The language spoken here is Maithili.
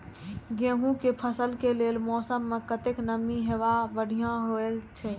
गेंहू के फसल के लेल मौसम में कतेक नमी हैब बढ़िया होए छै?